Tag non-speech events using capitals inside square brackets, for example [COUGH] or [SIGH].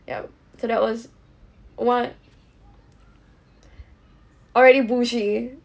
ya so that was what [BREATH] already bougie